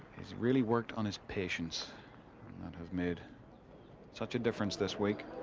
he's really worked on his patience and has made such a difference this week.